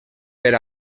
per